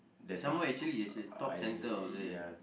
some more actually you should top centre also can